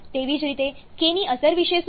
તેવી જ રીતે k ની અસર વિશે શું